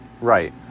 Right